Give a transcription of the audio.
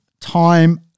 time